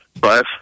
Five